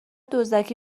دزدکی